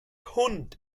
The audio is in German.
hund